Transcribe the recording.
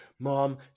Mom